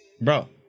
Bro